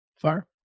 Fire